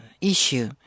issue